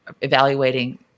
evaluating